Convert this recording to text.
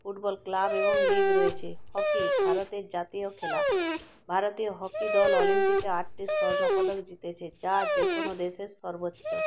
football club এবং league রয়েছে hockey ভারতের জাতীয় খেলা ভারতীয় হকি দল অলিম্পিকে আটটি স্বর্ণ পদক জিতেছে যা যে কোনো দেশের সর্বোচ্চ